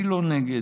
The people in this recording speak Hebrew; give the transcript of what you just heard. אני לא נגד,